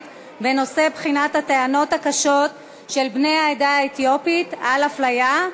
בנושא הטענות הקשות של בני העדה האתיופית על אפליה,